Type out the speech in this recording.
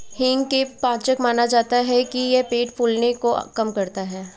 हींग को पाचक माना जाता है कि यह पेट फूलने को कम करता है